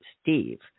Steve